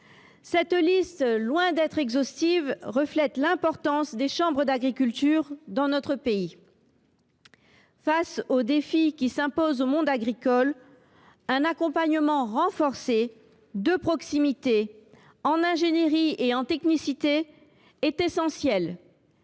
Cette liste, loin d’être exhaustive, reflète l’importance des chambres d’agriculture dans notre pays. Face aux défis qui s’imposent au monde agricole, un accompagnement renforcé, de proximité, en ingénierie et en technicité, est essentiel.